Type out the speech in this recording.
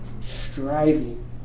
striving